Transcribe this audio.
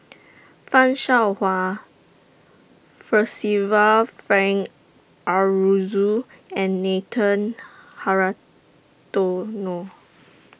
fan Shao Hua Percival Frank Aroozoo and Nathan Hratono